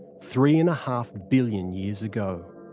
three-and-a-half billion years ago.